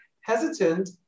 hesitant